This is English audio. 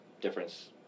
Difference